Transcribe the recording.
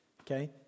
Okay